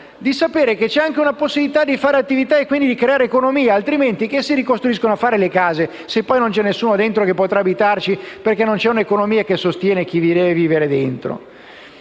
di sapere che c'è anche la possibilità di fare attività e di creare economia; altrimenti, cosa si ricostruiscono a fare le case, se poi non c'è nessuno che potrà abitarci perché non c'è un'economia che li sostiene? PRESIDENTE.